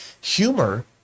Humor